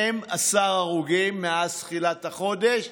12 הרוגים מאז תחילת החודש.